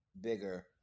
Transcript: Bigger